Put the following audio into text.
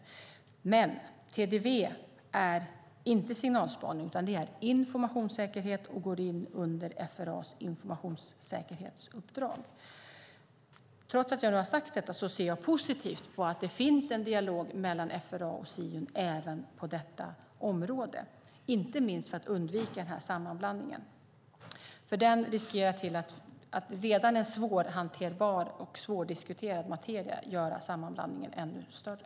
TDV är inte ett system för signalspaning utan för informationssäkerhet och går in under FRA:s informationssäkerhetsuppdrag. Med detta sagt ser jag ändå positivt på att det finns en dialog mellan FRA och Siun också på detta område, inte minst för att undvika att göra sammanblandningen av en redan svårhanterbar och svårdiskuterad materia ännu större.